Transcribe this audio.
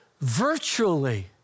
virtually